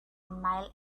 mile